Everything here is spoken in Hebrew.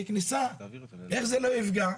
איך זה לא יפגע?